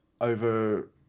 over –